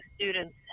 students